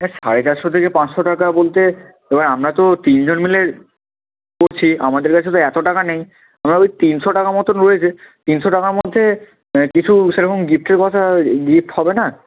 হ্যাঁ সাড়ে চারশো থেকে পাঁচশো টাকা বলতে এবার আমরা তো তিনজন মিলে করছি আমাদের কাছে তো এত টাকা নেই ওই তিনশো টাকা মতন রয়েছে তিনশো টাকার মধ্যে কিছু সেরকম গিফটের কথা গিফট হবে না